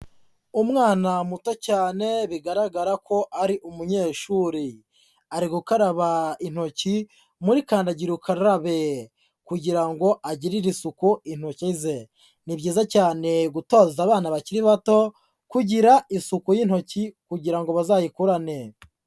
Umwana muto cyane bigaragara ko ari umunyeshuri, ari gukaraba intoki muri kandagira ukarabe kugira ngo agirire isuku intoki ze, ni byiza cyane gutoza abana bakiri bato kugira isuku y'intoki kugira ngo bazayikurane.